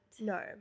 No